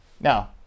Now